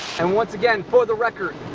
and once again for the record,